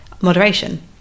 moderation